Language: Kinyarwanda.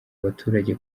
abaturage